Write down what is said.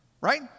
Right